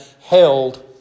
held